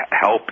help